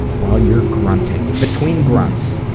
while you're grunting between grunts!